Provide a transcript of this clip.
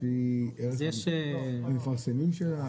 לפי המפרסמים שלה?